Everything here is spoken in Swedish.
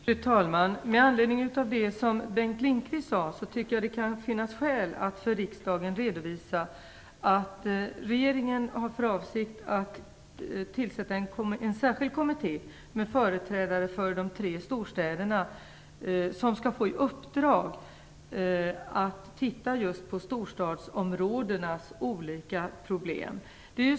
Fru talman! Med anledning av det Bengt Lindqvist sade tycker jag att det kan finnas skäl att för riksdagen redovisa att regeringen har för avsikt att tillsätta en särskild kommitté med företrädare för de tre storstäderna. Kommittén skall få i uppdrag att titta på storstadsområdenas olika problem.